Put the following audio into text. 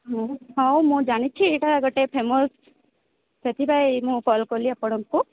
ହୁଁ ହଉ ମୁଁ ଜାଣିଛି ଏଇଟା ଗୋଟେ ଫେମସ୍ ସେଥିପାଇଁ ମୁଁ କଲ୍ କଲି ଆପଣଙ୍କୁ